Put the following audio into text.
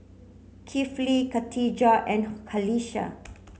Kifli Katijah and Qalisha